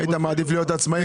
היית מעדיף להיות עצמאי.